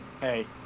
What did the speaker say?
Hey